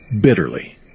bitterly